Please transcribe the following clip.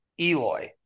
Eloy